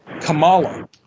Kamala